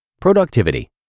Productivity